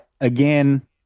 Again